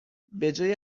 بجای